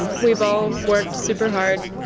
we've all worked super hard,